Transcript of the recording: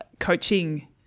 coaching